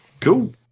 cool